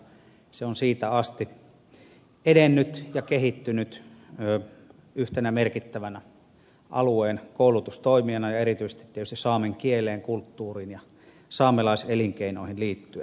se on siitä asti edennyt ja kehittynyt alueen yhtenä merkittävänä koulutustoimijana ja erityisesti tietysti saamen kieleen kulttuuriin ja saamelaiselinkeinoihin liittyen